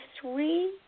three